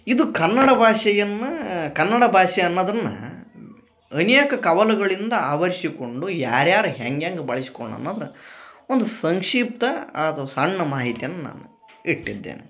ಇದು ಕನ್ನಡ ಭಾಷೆಯನ್ನ ಕನ್ನಡ ಭಾಷೆ ಅನ್ನದನ್ನಾ ಅನೇಕ ಕವಲುಗಳಿಂದ ಆವರ್ಸಿಕೊಂಡು ಯಾರು ಯಾರು ಹೆಂಗೆ ಹೆಂಗೆ ಬಳಶ್ಕೊನ್ ಅನ್ನೋದ್ರ ಒಂದು ಸಂಕ್ಷಿಪ್ತ ಅಥ್ವಾ ಸಣ್ಣ ಮಾಹಿತಿಯನ್ನ ನಾನು ಇಟ್ಟಿದ್ದೇನೆ